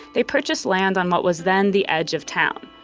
they purchased land on what was then the edge of town.